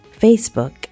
Facebook